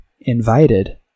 invited